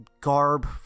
garb